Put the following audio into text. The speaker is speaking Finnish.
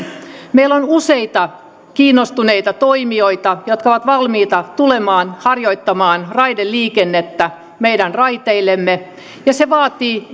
meillä on useita kiinnostuneita toimijoita jotka ovat valmiita tulemaan harjoittamaan raideliikennettä meidän raiteillemme ja se vaatii